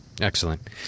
Excellent